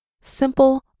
simple